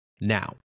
Now